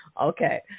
Okay